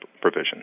provision